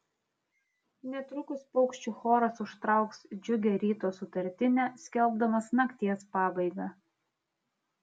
netrukus paukščių choras užtrauks džiugią ryto sutartinę skelbdamas nakties pabaigą